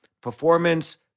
performance